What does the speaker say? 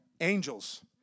angels